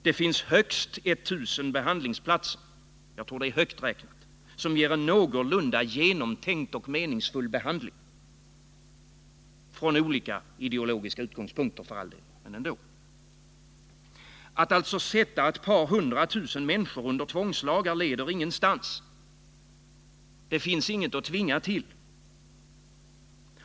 Det finns högst 1 000 behandlingsplatser — jag tror att det är högt räknat — som ger en någorlunda genomtänkt och meningsfull behandling, från olika ideologiska utgångspunkter för all del. Att sätta ett par hundra tusen människor under tvångslagar leder ingenstans. Det finns inget att tvinga till.